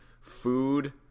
food